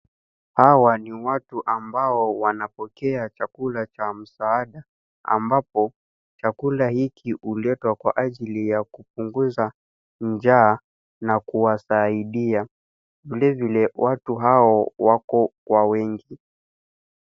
Hawa ni watu ambao wanapokea chakula cha msaada ambapo chakula hiki huletwa kwa ajili ya kupunguza njaa na kuwasaidia. Vilevile watu hao wako kwa wingi.